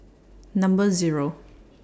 Number Zero